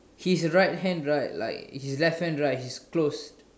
he's right hand right like his left hand right is closed